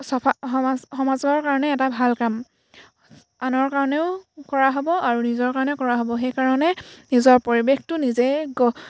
চাফা সমাজ সমাজৰ কাৰণে এটা ভাল কাম আনৰ কাৰণেও কৰা হ'ব আৰু নিজৰ কাৰণেও কৰা হ'ব সেইকাৰণে নিজৰ পৰিৱেশটো নিজে